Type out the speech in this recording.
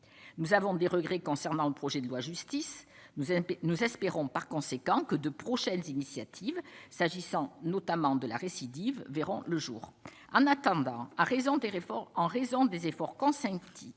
nous avons des regrets concernant le projet de loi justice nous avons, nous espérons par conséquent que de prochaines initiatives s'agissant notamment de la récidive verront le jour en attendant à raison des réformes en